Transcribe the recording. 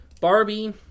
Barbie